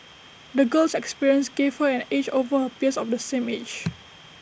the girl's experiences gave her an edge over her peers of the same age